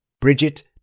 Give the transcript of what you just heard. Bridget